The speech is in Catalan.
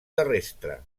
terrestre